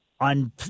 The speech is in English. on